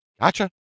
Gotcha